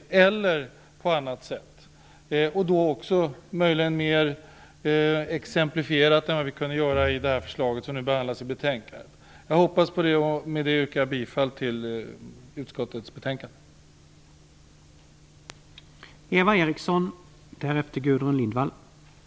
Jag hoppas att det arbetet då möjligen också kan bli mer exemplifierat än vad vi kunde göra i det förslag som nu behandlas i betänkandet. Med detta yrkar jag bifall till utskottets hemställan i betänkandet.